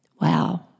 Wow